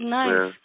nice